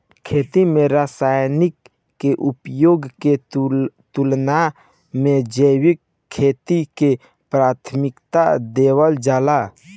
खेती में रसायनों के उपयोग के तुलना में जैविक खेती के प्राथमिकता देवल जाला